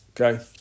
okay